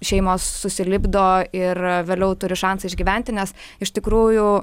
šeimos susilipdo ir vėliau turi šansą išgyventi nes iš tikrųjų